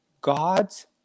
God's